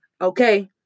Okay